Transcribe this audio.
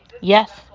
Yes